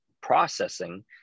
processing